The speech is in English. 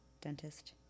dentist